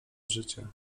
życia